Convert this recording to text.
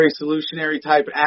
solutionary-type